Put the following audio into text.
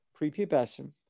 prepubescent